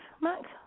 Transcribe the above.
Max